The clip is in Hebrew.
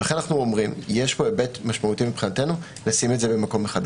לכן יש פה היבט משמעותי מבחינתנו לשים את זה במקום אחד.